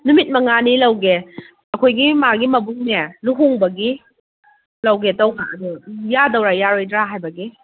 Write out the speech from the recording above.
ꯅꯨꯃꯤꯠ ꯃꯉꯥꯟꯤ ꯂꯧꯒꯦ ꯑꯩꯈꯣꯏꯒꯤ ꯃꯥꯒꯤ ꯃꯕꯨꯡꯅꯦ ꯂꯨꯍꯣꯡꯕꯒꯤ ꯂꯧꯒꯦ ꯇꯧꯕ ꯑꯗꯣ ꯌꯥꯗꯣꯏꯔ ꯌꯥꯔꯣꯏꯗ꯭ꯔꯥ ꯍꯥꯏꯕꯒꯤ